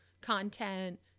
content